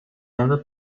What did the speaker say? never